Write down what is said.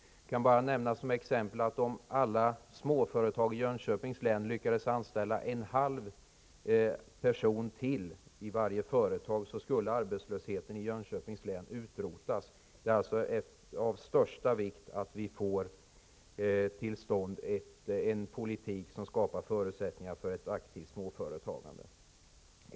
Jag kan nämna som exempel att om alla småföretag i Jönköpings län lyckades anställa en halv person till vartera, skulle arbetslösheten i Jönköpings län utrotas. Det är av största vikt att vi får till stånd en politik som skapar förutsättningar för ett aktivt småföretagande.